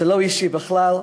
זה לא אישי בכלל.